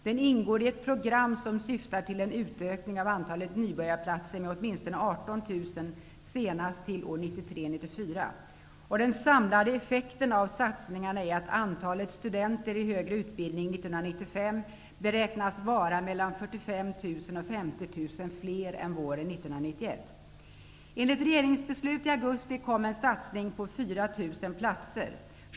Den ingår i ett program som syftar till en utökning av antalet nybörjarplatser med åtminstone 18 000 senast till 1993/94. Den samlade effekten av satsningarna är att antalet studenter i högre utbildning 1995 beräknas vara mellan 45 000 och Enligt regeringsbeslut i augusti kom en satsning på 4 000 platser.